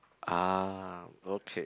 ah okay